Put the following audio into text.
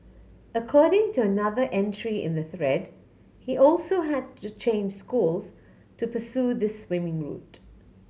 according to another entry in the thread he also had to change schools to pursue this swimming route